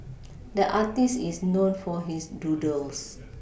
the artist is known for his doodles